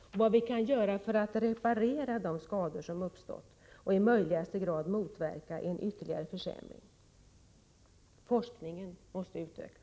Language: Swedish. och om vad vi kan begrå S öra för att reparera de skador som uppstått, för att i möjligaste mån EErärsäfOrsur Är SA PR Te ningen av mark och motverka en ytterligare försämring. Forskningen måste utökas.